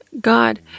God